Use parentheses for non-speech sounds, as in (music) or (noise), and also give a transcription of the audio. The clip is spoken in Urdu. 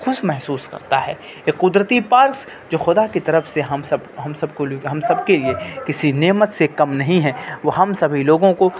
کھوس محسوس کرتا ہے (unintelligible) قدرتی پارس جو خدا کے طرف سے ہم سب ہم سب کو ہم سب کے لیے کسی نعمت سے کم نہیں ہے وہ ہم سبھی لوگوں کو